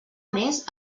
mes